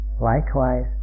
Likewise